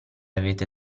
avete